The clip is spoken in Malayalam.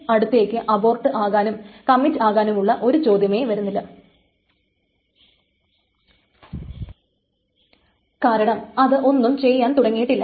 t2 വിന്റെ അടുത്തേക്ക് അബോർട്ട് ആകാനും കമ്മിറ്റ് ആകാനുമുള്ള ഒരു ചോദ്യമേ വരുന്നില്ല കാരണം അത് ഒന്നും ചെയ്യാൻ തുടങ്ങിയിട്ടില്ല